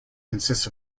consists